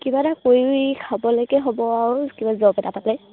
কিবা এটা কৰি খাবলৈকে হ'ব আৰু কিবা জব এটা পালে